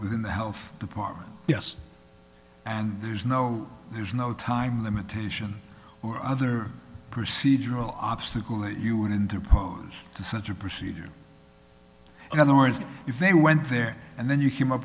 within the health department yes and there's no there's no time limitation or other procedural obstacle that you would interpose to such a procedure in other words if they went there and then you came up